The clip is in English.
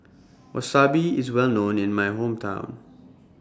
Wasabi IS Well known in My Hometown